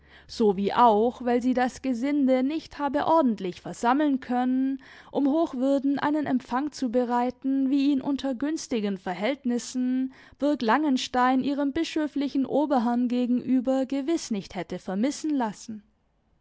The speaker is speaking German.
sei sowie auch weil sie das gesinde nicht habe ordentlich versammeln können um hochwürden einen empfang zu bereiten wie ihn unter günstigen verhältnissen burg langenstein ihrem bischöflichen oberherrn gegenüber gewiß nicht hätte vermissen lassen